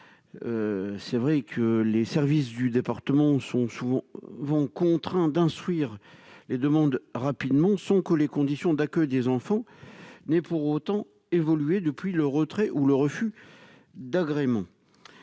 un an minimum. Les services du département sont contraints d'instruire la demande rapidement, sans que les conditions d'accueil des enfants aient pour autant évolué depuis le retrait ou le refus d'agrément.